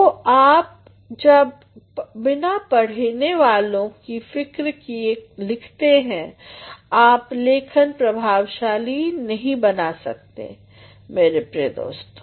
तो जब आप बिना पढ़ने वालों की फ़िक्र किये लिखते हैं आपका लेखन प्रभावशाली नहीं होगी मेरे प्रिय दोस्तों